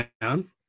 down